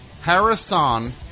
Harrison